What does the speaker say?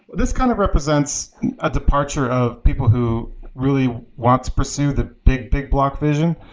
this kind of represents a departure of people who really want to pursue the big big block vision.